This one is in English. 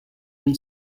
even